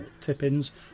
Tippins